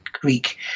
Greek